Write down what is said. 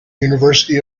university